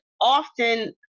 often